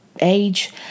age